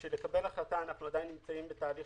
בשביל לקבל החלטה אנחנו עדיין נמצאים בתהליך